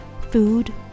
food